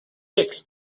its